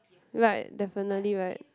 right definitely right